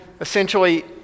essentially